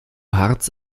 harz